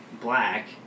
black